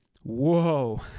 Whoa